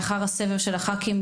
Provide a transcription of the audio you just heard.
לאחר הסבב של הח"כים,